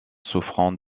souffrant